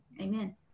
amen